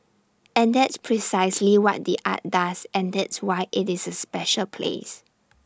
and that's precisely what the art does and that's why IT is A special place